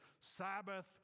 Sabbath